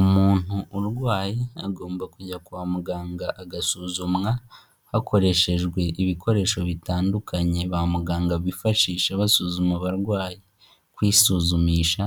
Umuntu urwaye agomba kujya kwa muganga agasuzumwa hakoreshejwe ibikoresho bitandukanye ba muganga bifashisha basuzuma abarwayi, kwisuzumisha